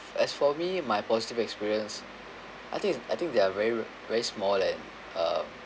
as for me my positive experience I think it's I think there are very very small and uh